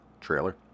trailer